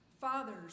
Fathers